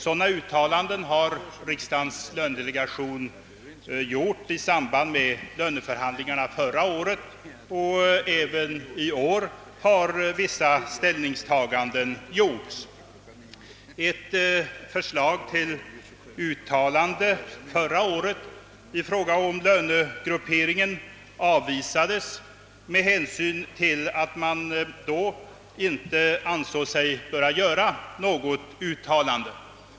Sådana uttalanden har riksdagens lönedelegation gjort i samband med löneförhandlingarna förra året, och även i år har vissa ställningstaganden gjorts. Ett förslag till uttalande förra året i fråga om lönegrupperingen avvisades med hänsyn till att man då inte ansåg sig böra göra något uttalande.